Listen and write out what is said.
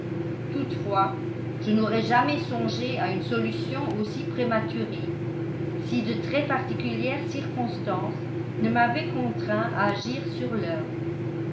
toutefois je n'aurais jamais songé à une solution aussi prématurée si de très particulières circonstances ne m'avaient contraint à agir sur l'heure